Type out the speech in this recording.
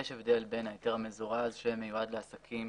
יש הבדל בין היתר מזורז שמיועד לעסקים